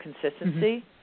consistency